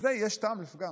בזה יש טעם לפגם.